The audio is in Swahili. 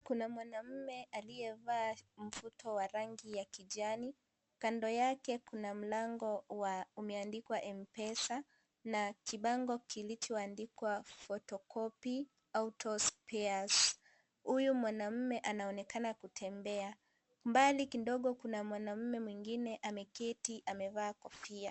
Kuna mwanaume aliyevalia mvuto ya rangi ya kijani, kando yake kuna mlango umeandika MPESA na jibango kilichoandikwa photocopy autospares, huyu mwanaume anaonekana kutembea. Mbali kidogo kuna mwanaume mwingine ameketi amevaa kofia.